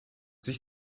sich